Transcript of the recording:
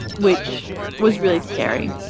which was really scary.